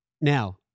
Now-